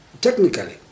technically